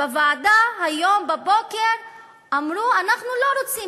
בוועדה היום בבוקר אמרו: אנחנו לא רוצים